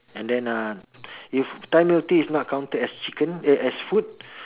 and then uh if Thai milk tea is not counted as chicken eh as food